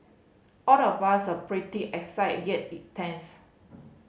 all of us are pretty excited yet it tense